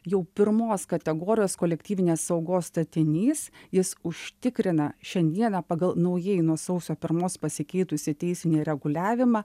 jau pirmos kategorijos kolektyvinės saugos statinys jis užtikrina šiandieną pagal naujai nuo sausio pirmos pasikeitusį teisinį reguliavimą